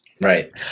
Right